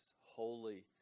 holy